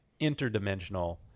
interdimensional